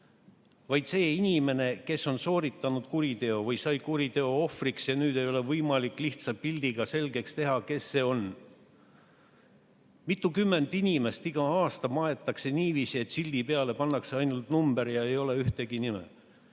vaid see inimene, kes on sooritanud kuriteo või kes on sattunud kuriteo ohvriks ja nüüd ei ole võimalik lihtsalt pildi abil selgeks teha, kes see on. Mitukümmend inimest maetakse iga aasta niiviisi, et sildi peale pannakse ainult number ja ei ole ühtegi nime.